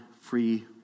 free